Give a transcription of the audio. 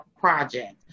project